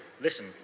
Listen